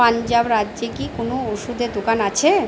পাঞ্জাব রাজ্যে কি কোনো ওষুধের দোকান আছে